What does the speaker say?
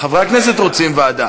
חבר הכנסת פורר,